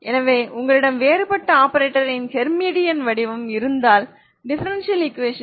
எனவே உங்களிடம் வேறுபட்ட ஆபரேட்டரின் ஹெர்மிடியன் வடிவம் இருந்தால் டிஃபரெண்சியல் ஈகுவேஷன்